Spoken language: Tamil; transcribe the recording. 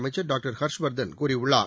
அமைச்சர் டாக்டர் ஹர்ஷ்வர்தன் கூறியுள்ளார்